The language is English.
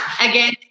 again